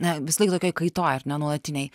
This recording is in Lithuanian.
na visąlaik tokioj kaitoj ar ne nuolatinėj